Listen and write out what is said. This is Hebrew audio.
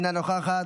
אינה נוכחת,